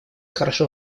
хорошо